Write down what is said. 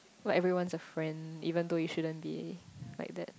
like everyone's a friend even though you shouldn't be like that